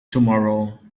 tomorrow